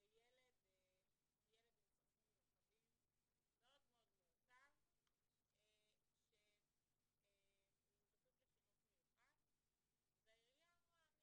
ילד עם צרכים מיוחדים מאוד מורכב שהוא בחוג לחינוך מיוחד והעירייה אמרה,